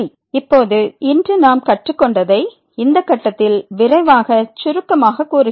இப்போது இன்று நாம் கற்றுக்கொண்டதை இந்த கட்டத்தில் விரைவாக சுருக்கமாக கூறுகிறேன்